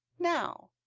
now,